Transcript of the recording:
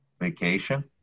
Vacation